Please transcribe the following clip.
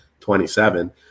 27